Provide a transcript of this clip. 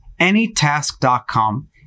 Anytask.com